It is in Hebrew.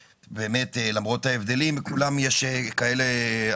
למרות ההבדלים לכולם יש הקלות